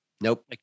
Nope